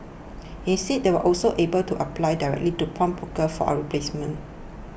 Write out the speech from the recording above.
instead they also able to apply directly into pawnbrokers for a replacement